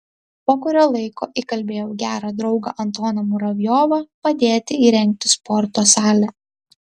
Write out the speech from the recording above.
po kurio laiko įkalbėjau gerą draugą antoną muravjovą padėti įrengti sporto salę